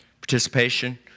participation